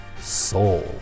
soul